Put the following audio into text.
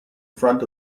front